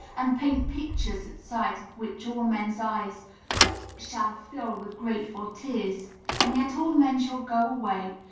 and paint pictures at sight of which all men's eyes shall fill with grateful tears and yet all men shall go away,